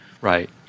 right